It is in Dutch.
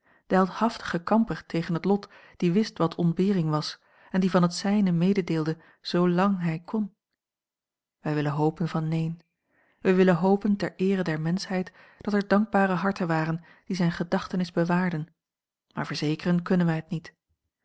de heldhaftige kamper tegen het lot die wist wat ontbering was en die van het zijne mededeelde zoolang hij kon wij willen hopen van neen wij willen hopen ter eere der menschheid dat er dankbare harten waren die zijne gedachtenis bewaarden maar verzekeren kunnen wij het niet